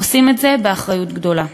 עושים את זה באחריות גדולה.